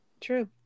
True